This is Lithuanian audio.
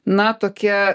na tokia